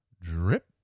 drip